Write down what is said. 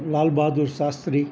Lal Bahadur Shastri